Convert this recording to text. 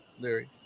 Larry